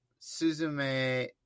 suzume